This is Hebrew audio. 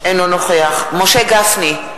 אינו נוכח משה גפני,